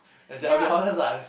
as in I'll be honest ah